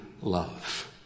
love